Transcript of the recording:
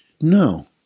no